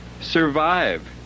survive